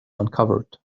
uncovered